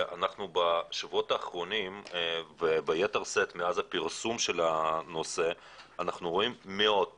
בשבועות האחרונות וביתר שאת מאז הפרסום של הנושא אנחנו רואים מאות